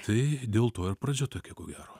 tai dėl to ir pradžia tokia ko gero